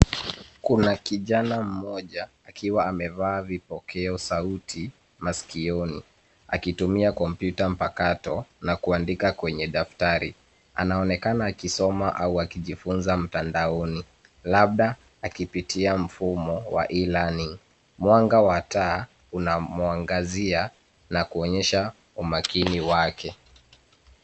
Kuna kijana mmoja akiwa amevaa vipokeo sauti masikioni akitumia kompyuta mpakato na kuandika kwenye daftari. Anaonekana akisoma au akijifunza mtandaoni labda akipitia mfumo wa Elearning . Mwanga wa taa unamwangazia na kuonyesha umakini wake.